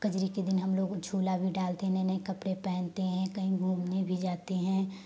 कजरी के दिन हम लोग झूला भी डालते हैं नये नये कपड़े पहनते हैं कहीं घूमने भी जाते हैं